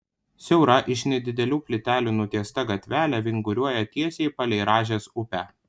siaura iš nedidelių plytelių nutiesta gatvelė vinguriuoja tiesiai palei rąžės upę